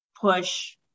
push